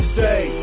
Stay